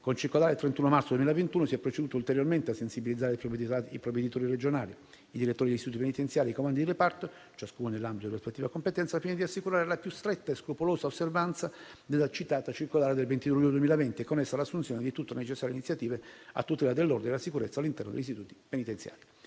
con circolare del 31 marzo 2021 si è proceduto ulteriormente a sensibilizzare i provveditori regionali, i direttori degli istituti penitenziari e i comandanti di reparto - ciascuno nell'ambito di rispettiva competenza - al fine di assicurare la più stretta e scrupolosa osservanza della citata circolare del 22 luglio 2020 e, con essa, l'assunzione di tutte le necessarie iniziative a tutela dell'ordine e della sicurezza all'interno degli istituti penitenziari.